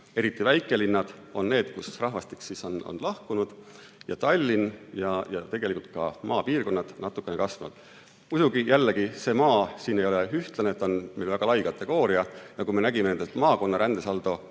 eriti väikelinnad on need, kust rahvastik on lahkunud, ning Tallinn ja tegelikult ka maapiirkonnad on natuke kasvanud. Muidugi, jällegi, see maa siin ei ole ühtlane, see on väga lai kategooria. Nagu me nägime nendelt maakonna rändesaldo